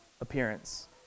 appearance